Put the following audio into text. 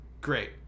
Great